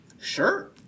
Sure